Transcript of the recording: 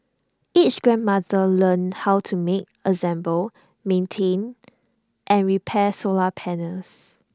each grandmother learns how to make assemble maintain and repair solar panels